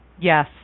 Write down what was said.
Yes